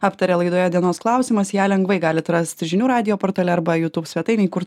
aptarė laidoje dienos klausimas ją lengvai galit rast žinių radijo portale arba jutūb svetainėj kur